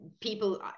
people